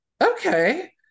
okay